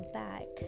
back